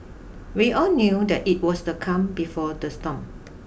we all knew that it was the calm before the storm